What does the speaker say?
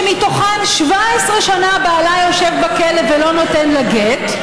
כשמתוכן 17 שנה בעלה יושב בכלא ולא נותן לה גט,